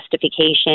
justification